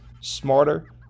smarter